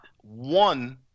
one